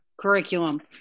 curriculum